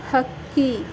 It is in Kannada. ಹಕ್ಕಿ